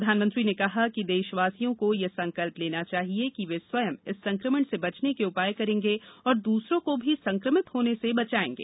प्रधानमंत्री ने कहा कि देशवासियों को यह संकल्प लेना चाहिए कि वे स्वयं इस संक्रमण से बचने के उपाय करेंगे और दूसरों को भी संक्रमित होने से बचाएंगे